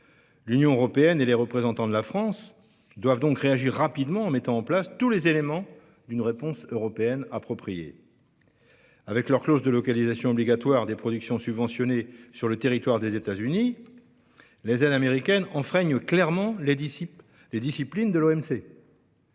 L'Union européenne et les représentants de la France doivent donc réagir rapidement, en mettant en place tous les éléments d'une réponse européenne appropriée. Avec leurs clauses de localisation obligatoire des productions subventionnées sur le territoire des États-Unis, les aides américaines enfreignent clairement les disciplines de l'OMC.